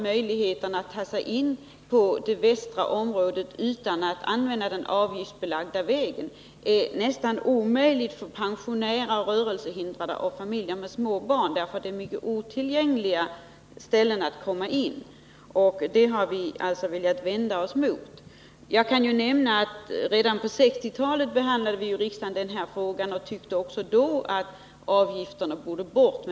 Möjligheterna att ta sig in i det västra området utan att använda den avgiftsbelagda vägen är nästan obefintlig för pensionärer, rörelsehindrade och familjer med små barn. Vägarna till den delen av området är nämligen mycket otillgängliga, och vi har velat vända oss mot begränsningarna i det avseendet. Jag vill nämna att riksdagen redan på 1960-talet behandlade denna fråga och då tyckte att avgifterna borde avskaffas.